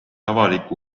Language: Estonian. avaliku